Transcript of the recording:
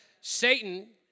Satan